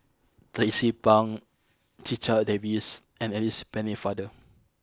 Tracie Pang Checha Davies and Alice Pennefather